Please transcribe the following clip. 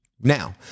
Now